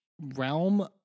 realm